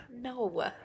No